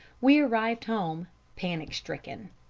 we arrived home panic-stricken.